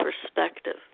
perspective